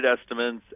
estimates